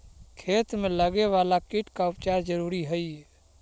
खेत में लगे वाला कीट का उपचार जरूरी हई